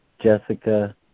Jessica